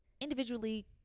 individually